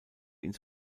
ins